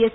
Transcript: S